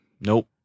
nope